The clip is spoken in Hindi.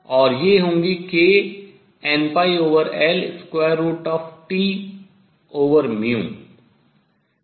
और ये होंगी k nπLT है